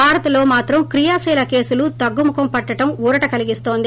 భారత్లో మాత్రం క్రియాశీల కేసులు తగ్గుముఖం పట్టడం ఊరట కలిగిస్తోంది